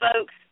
folks